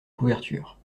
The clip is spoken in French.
couvertures